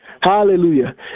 Hallelujah